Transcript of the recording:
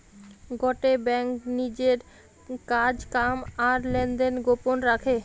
গটে বেঙ্ক লিজের কাজ কাম আর লেনদেন গোপন রাখে